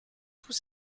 tous